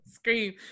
scream